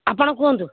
ଆପଣ କୁହନ୍ତୁ